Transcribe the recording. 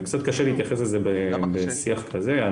קצת קשה להתייחס לזה בשיח כזה.